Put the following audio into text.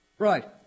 Right